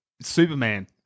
Superman